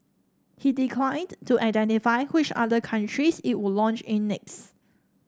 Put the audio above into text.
he declined to identify which other countries it would launch in next